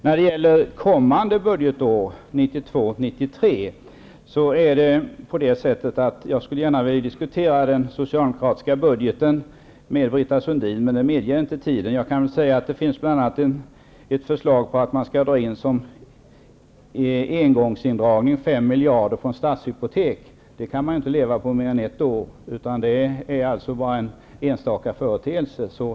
När det gäller det kommande budgetåret 1992/93 skulle jag gärna vilja diskutera den socialdemokratiska budgeten med Britta Sundin, men tiden medger inte detta. Jag kan säga att det bl.a. finns ett förslag som innebär att man som engångsindrag skall dra in 5 miljarder från Stadshypotek. Det kan man inte leva på mer än ett år. Det är alltså bara en engångsföreteelse.